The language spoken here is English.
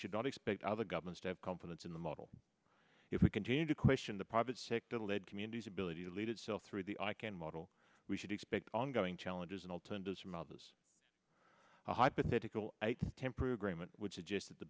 should not expect other governments to have confidence in the model if we continue to question the private sector led community's ability to lead itself through the i can model we should expect ongoing challenges and alternatives from others a hypothetical temporary agreement which is just th